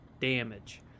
damage